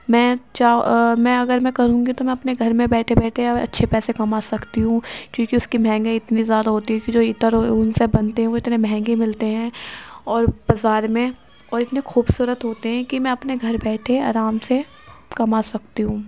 میں چا میں اگر میں کروں گی تو اپنے گھر میں بیٹھے بیٹھے اچھے پیسے کما سکتی ہوں کیونکہ اس کی مہنگائی اتنی زیادہ ہوتی ہے کہ جو عطر ان سے بنتے ہیں وہ اتنے مہنگے ملتے ہیں اور بازار میں اور اتنے خوبصورت ہوتے ہیں کہ میں اپنے گھر بیٹھے آرام سے کما سکتی ہوں